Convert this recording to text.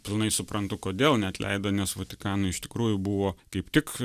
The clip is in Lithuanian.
pilnai suprantu kodėl neatleido nes vatikanui iš tikrųjų buvo kaip tik